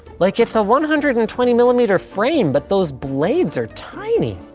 like it's a one hundred and twenty millimeter frame, but those blades are tiny.